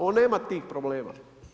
On nema tih problema.